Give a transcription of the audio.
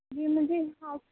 جی مجھے ہاف